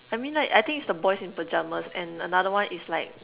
I mean like it's the boys in pyjamas and another one is like